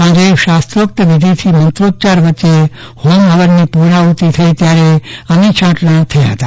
સાંજે શાસ્ત્રોક્ત વિધિથી મંત્રોચ્યાર વચ્ચે હોમ હવનની પુર્ણાહૃતી થઇ ત્યારે અમીછાંટણા થયા હતા